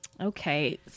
Okay